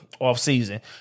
offseason